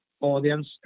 audience